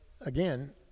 again